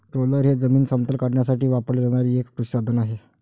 roller हे जमीन समतल करण्यासाठी वापरले जाणारे एक कृषी साधन आहे